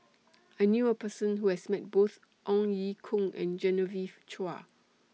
I knew A Person Who has Met Both Ong Ye Kung and Genevieve Chua